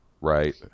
right